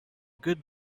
good